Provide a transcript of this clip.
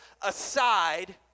aside